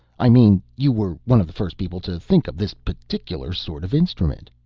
i mean, you were one of the first people to think of this particular sort of instrument.